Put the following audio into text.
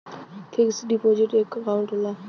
fix deposit एक account होला